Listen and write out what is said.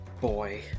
boy